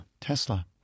Tesla